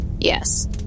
Yes